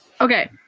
Okay